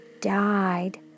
died